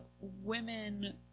women